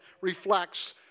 reflects